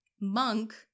monk